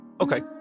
Okay